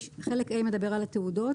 חלק ב' מדבר על התעודות,